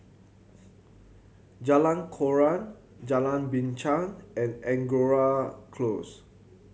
Jalan Koran Jalan Binchang and Angora Close